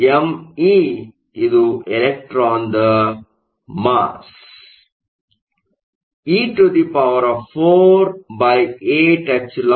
M E ಇದು ಎಲೆಕ್ಟ್ರಾನ್ನ mass e4 8ɛ02h2